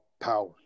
power